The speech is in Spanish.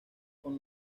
con